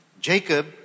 Jacob